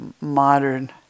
modern